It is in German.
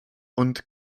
und